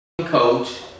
coach